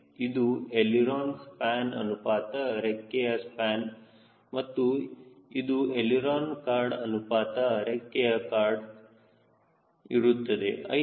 8 ಇದು aileron span ಅನುಪಾತ ರೆಕ್ಕೆಯ ಸ್ಪ್ಯಾನ್ ಮತ್ತು ಇದು ಎಳಿರೋನ ಕಾರ್ಡ್ ಅನುಪಾತ ರೆಕ್ಕೆಯ ಕಾರ್ಡ್ ಇರುತ್ತದೆ